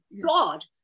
God